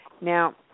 Now